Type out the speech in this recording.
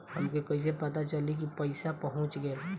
हमके कईसे पता चली कि पैसा पहुच गेल?